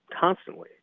constantly